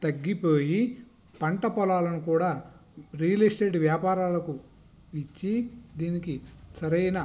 తగ్గిపోయి పంట పొలాలను కూడా రియల్ ఎస్టేట్ వ్యాపారాలకు ఇచ్చి దీనికి సరైన